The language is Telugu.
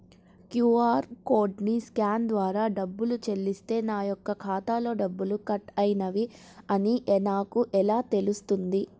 క్యూ.అర్ కోడ్ని స్కాన్ ద్వారా డబ్బులు చెల్లిస్తే నా యొక్క ఖాతాలో డబ్బులు కట్ అయినవి అని నాకు ఎలా తెలుస్తుంది?